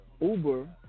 Uber